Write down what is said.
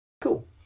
Cool